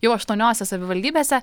jau aštuoniose savivaldybėse